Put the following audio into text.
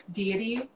deity